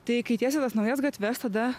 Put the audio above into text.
tai kai tiesė tas naujas gatves tada